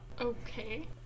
okay